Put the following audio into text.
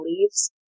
leaves